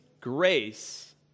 grace